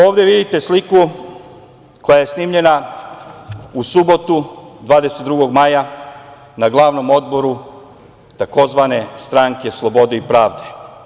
Ovde vidite sliku koja je snimljena u subotu, 22. maja, na glavnom odboru tzv. Stranke slobode i pravde.